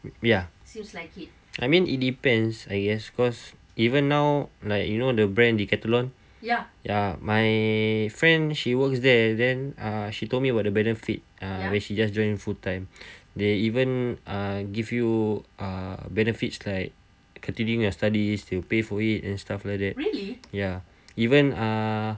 ya it seems like it I mean it depends I guess cause even now like you know the brand decathlon ya my friend she works there then uh she told me about the benefit uh when she just join full time they even uh give you uh benefits like continuing your studies to pay for it and stuff like that ya even uh